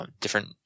different